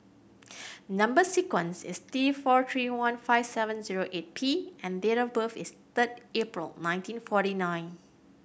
number sequence is T four three one five seven zero eight P and date of birth is third April nineteen forty nine